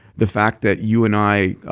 the fact that you and i, ah